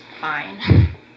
fine